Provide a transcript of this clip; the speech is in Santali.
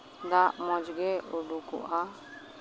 ᱫᱟᱜ ᱢᱚᱡᱽ ᱜᱮ ᱩᱰᱩᱠᱚᱜᱼᱟ